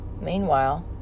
Meanwhile